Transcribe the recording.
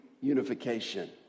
unification